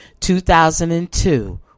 2002